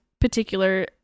particular